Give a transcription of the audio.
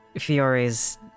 Fiore's